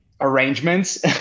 arrangements